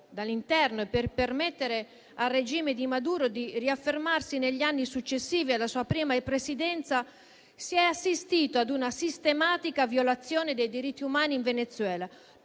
dall'interno e per permettere al regime di Maduro di riaffermarsi negli anni successivi alla sua prima Presidenza, si è assistito a una sistematica violazione dei diritti umani in Venezuela.